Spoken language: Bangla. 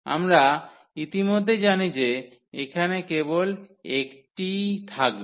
আমরা ইতিমধ্যেই জানি যে এখানে কেবল একটিই থাকবে